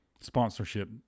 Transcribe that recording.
sponsorship